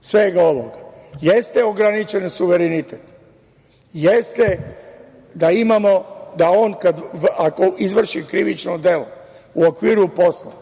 svega ovoga? Jeste ograničen suverenitet, jeste da imamo da on ako izvrši krivično delo u okviru posla